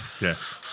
Yes